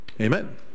Amen